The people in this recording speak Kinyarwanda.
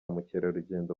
mukerarugendo